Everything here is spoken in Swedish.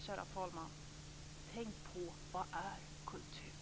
Kära talman! Tänk på: Vad är kultur?